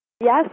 Yes